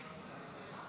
-